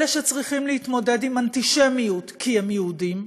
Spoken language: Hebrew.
אלה שצריכים להתמודד עם אנטישמיות כי הם יהודים,